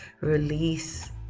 Release